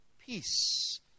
peace